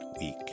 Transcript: week